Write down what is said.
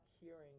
hearing